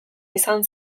izan